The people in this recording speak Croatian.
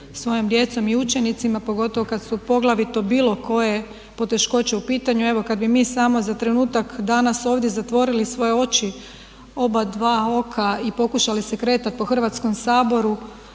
svojom djecom i učenicima pogotovo kada su poglavito bilo koje poteškoće u pitanju. Evo kada bi mi samo za trenutak danas ovdje zatvorili svoje oči, oba dva oka i pokušali se kretati po Hrvatskom saboru